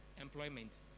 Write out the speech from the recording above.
employment